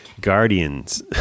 guardians